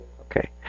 Okay